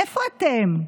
איפה אתם?